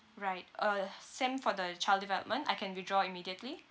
right uh same for the child development I can withdraw immediately